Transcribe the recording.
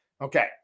Okay